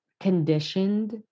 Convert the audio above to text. conditioned